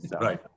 Right